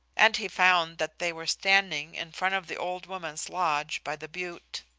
and he found that they were standing in front of the old woman's lodge by the butte.